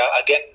Again